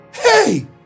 hey